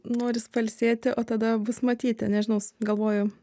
norisi pailsėti o tada bus matyti nežinau galvoju